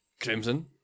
Crimson